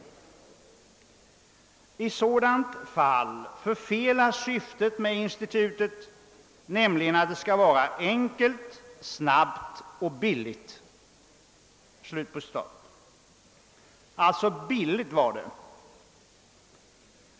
I sådant fall förfelas syftet med institutet, nämligen att det skall vara enkelt, snabbt och billigt.» Billigt var det, ja!